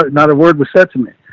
but not a word was said to me,